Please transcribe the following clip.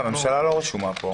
הממשלה לא רשומה פה.